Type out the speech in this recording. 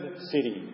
city